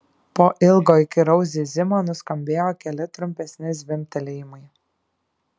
po ilgo įkyraus zyzimo nuskambėjo keli trumpesni zvimbtelėjimai